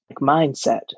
mindset